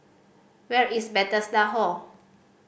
where is Bethesda Hall